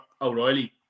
O'Reilly